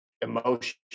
emotion